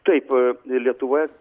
taip lietuvoje